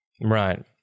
Right